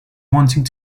wanting